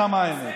היא עוזרת לך.